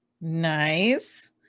Nice